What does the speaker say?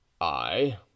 I